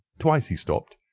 twice he stopped,